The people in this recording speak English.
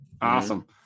Awesome